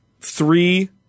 three